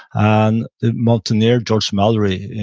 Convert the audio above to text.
and mountaineer, george mallory,